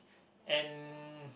and